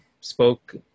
spoke